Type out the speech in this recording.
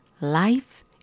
Life